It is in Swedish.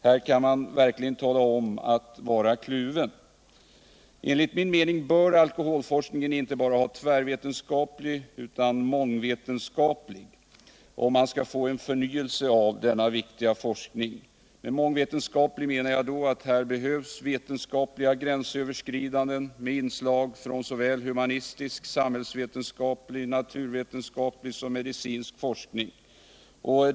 Här kan man verkligen tala om att vara kluven. Enligt min mening bör alkoholforskningen inte bara vara tvärvetenskaplig utan också mångvetenskaplig om man skall få en förnyelse av denna viktiga forskning. Med mångvetenskaplig menar jag att det behövs vetenskapliga gränsöverskridanden med inslag från såväl humanistisk och samhällsvetenskaplig som naturvetenskaplig och medicinsk forskning.